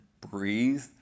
breathe